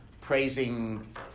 praising